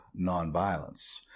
nonviolence